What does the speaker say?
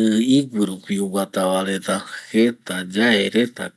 ɨ iguɨ rupi oguata va reta jeta yae reta ko